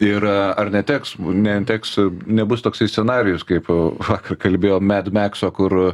ir ar neteks neteks nebus toksai scenarijus kaip vakar kalbėjom med mekso kur